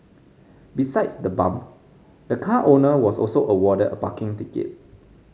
besides the bump the car owner was also awarded a parking ticket